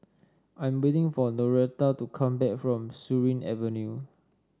I'm waiting for Noretta to come back from Surin Avenue